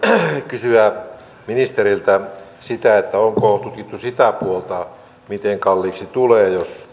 kysyä ministeriltä sitä onko tutkittu sitä puolta miten kalliiksi tulee